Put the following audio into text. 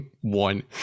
one